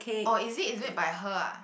oh is it is it by her ah